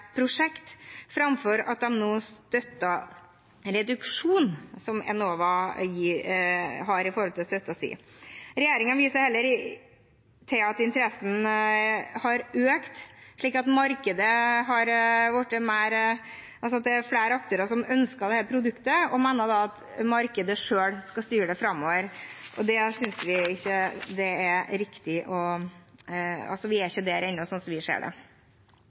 prosjekt, framfor at de nå støtter reduksjonen som Enova har når det gjelder støtten deres. Regjeringen viser heller til at interessen har økt slik at det er flere aktører som ønsker dette produktet, og mener da at markedet selv skal styre det framover. Vi er ikke der ennå, slik vi ser det. Så viser vi til at statsråden viste til at RME, Reguleringsmyndigheten for energi, skal sende ut en høring om plusskundeordninger for borettslag og sameiere, og at det